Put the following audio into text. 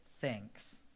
thanks